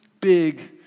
big